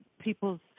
people's